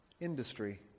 industry